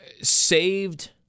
saved